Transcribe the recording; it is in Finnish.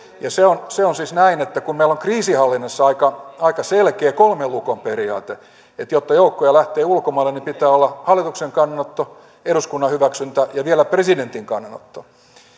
on siis näin että kun meillä on kriisinhallinnassa aika aika selkeä kolmen lukon periaate eli jotta joukkoja lähtee ulkomaille niin pitää olla hallituksen kannanotto eduskunnan hyväksyntä ja vielä presidentin kannanotto